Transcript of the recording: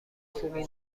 خوبی